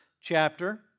chapter